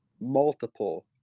multiple